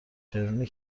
چرونی